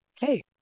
hey